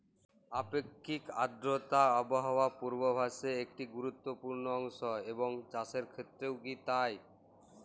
আপেক্ষিক আর্দ্রতা আবহাওয়া পূর্বভাসে একটি গুরুত্বপূর্ণ অংশ এবং চাষের ক্ষেত্রেও কি তাই?